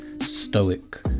Stoic